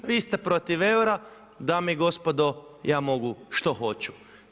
Vi ste protiv eura, dame i gospodo ja mogu što hoću.